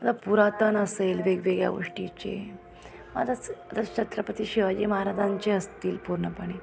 आता पुरातन असेल वेगवेगळ्या गोष्टीचे आता च आता छत्रपती शिवाजी महाराजांचे असतील पूर्णपणे